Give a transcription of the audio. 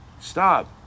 Stop